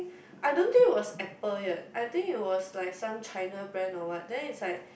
I don't think it was Apple yet I think it was like some China brand or what then it's like